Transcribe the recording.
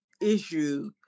issue